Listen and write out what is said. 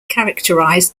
characterized